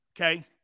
okay